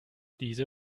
diese